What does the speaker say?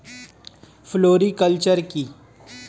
Floriculture কি?